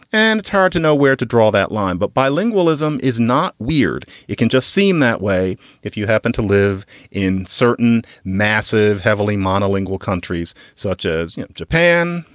and it's hard to know where to draw that line. but bilingualism is not weird. it can just seem that way if you happen to live in certain massive, heavily monolingual countries such as you know japan,